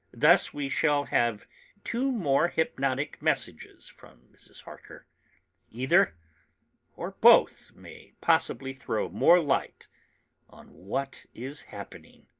thus we shall have two more hypnotic messages from mrs. harker either or both may possibly throw more light on what is happening.